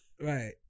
right